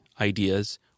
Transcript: ideas